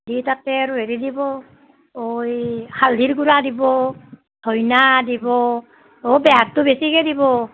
দি তাত আৰু হেৰি দিব অঁ ই হালধীৰ গুড়া দিব ধইনা দিব অঁ বেহাৰটো বেছিকৈ দিব